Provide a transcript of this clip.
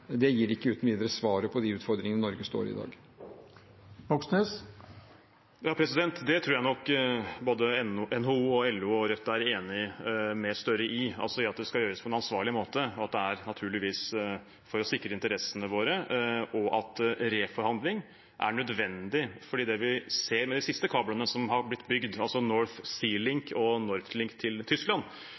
det, gir ikke uten videre svaret på de utfordringene Norge står i i dag. Bjørnar Moxnes – til oppfølgingsspørsmål. Det tror jeg nok at både NHO, LO og Rødt er enig med Støre i – at dette skal gjøres på en ansvarlig måte, at det naturligvis er for å sikre interessene våre, og at reforhandling er nødvendig. Det vi ser med de siste kablene som har blitt bygd – North Sea Link og NordLink til Tyskland